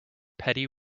petty